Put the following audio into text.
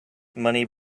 money